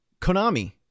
Konami